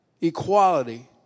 equality